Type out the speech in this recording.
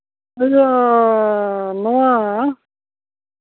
ᱤᱭᱟᱹ ᱱᱚᱣᱟ